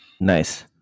nice